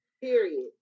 period